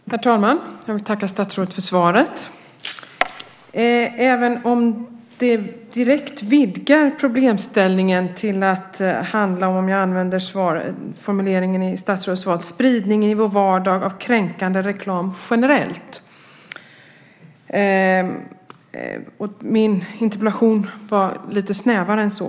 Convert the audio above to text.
Herr talman! Jag vill tacka statsrådet för svaret, även om det direkt vidgar problemställningen till att handla om - jag använder formuleringen i statsrådets svar - spridning i vår vardag av kränkande reklam generellt. Min interpellation var faktiskt lite snävare än så.